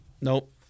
Nope